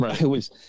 right